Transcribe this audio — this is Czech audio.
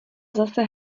zase